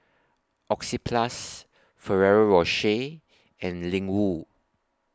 Oxyplus Ferrero Rocher and Ling Wu